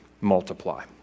multiply